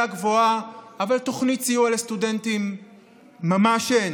גבוהה אבל תוכנית סיוע לסטודנטים ממש אין?